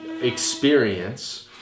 experience